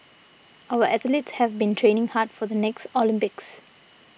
our athletes have been training hard for the next Olympics